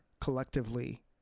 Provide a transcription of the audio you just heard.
collectively